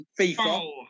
FIFA